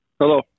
Hello